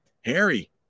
Harry